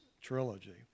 trilogy